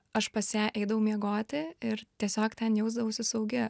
aš pas ją eidavau miegoti ir tiesiog ten jausdavausi saugi